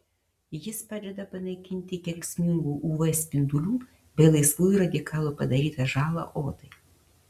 jis padeda panaikinti kenksmingų uv spindulių bei laisvųjų radikalų padarytą žalą odai